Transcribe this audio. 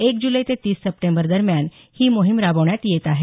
एक जुलै ते तीस सप्टेंबर दरम्यान ही मोहीम राबवण्यात येत आहे